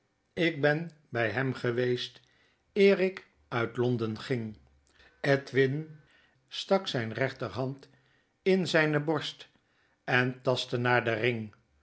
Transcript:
ik ben bij hem geweest eer ik uit v beiden op hun best lphden ging edwin stak zijne rechterhand in zijne oorst en tastte naar den ring